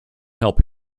help